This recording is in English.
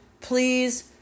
please